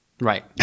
Right